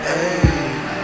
Hey